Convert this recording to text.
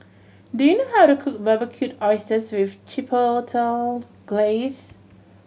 do you know how to cook Barbecued Oysters with Chipotle Glaze